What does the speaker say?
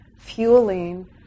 fueling